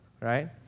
right